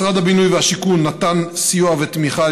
משרד הבינוי והשיכון נתן סיוע ותמיכה